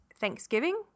Thanksgiving